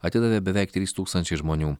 atidavė beveik trys tūkstančiai žmonių